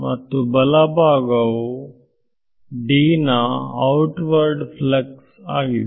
ಮತ್ತು ಬಲಭಾಗವು D ನ ಔಟ್ವರ್ಡ್ ಫ್ಲಕ್ಸ್ ಆಗಿದೆ